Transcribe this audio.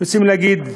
רוצים להגיד: